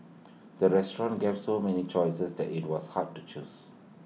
the restaurant gave so many choices that IT was hard to choose